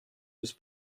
was